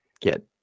get